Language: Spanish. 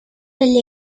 del